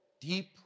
deep